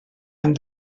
amb